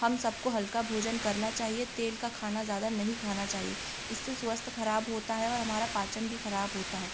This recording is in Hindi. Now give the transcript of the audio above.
हम सबको हल्का भोजन करना चाहिए तेल का खाना ज़्यादा नहीं खाना चाहिए इससे स्वास्थ्य खराब होता है और हमारा पाचन भी खराब होता है